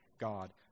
God